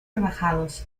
rebajados